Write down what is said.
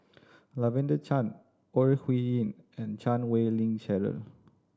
Lavender Chang Ore Huiying and Chan Wei Ling Cheryl